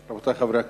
רבותי חברי הכנסת,